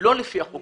לא לפי החוק,